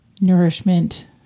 nourishment